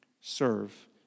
serve